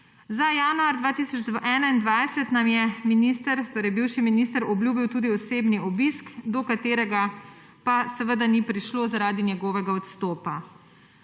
Za januar 2021 nam je bivši minister obljubil tudi osebni obisk, do katerega pa seveda ni prišlo zaradi njegovega odstopa.